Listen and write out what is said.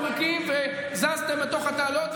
בחוק ההסדרים הקודם עשיתם איזו פיקציה בתמרוקים וזזתם בתוך התעלות,